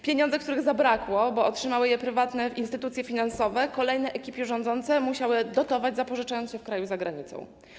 Pieniądze, których zabrakło, bo otrzymały je prywatne instytucje finansowe, kolejne ekipy rządzące musiały dotować, zapożyczając się w kraju i za granicą.